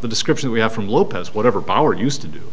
the description we have from lopez whatever power used to do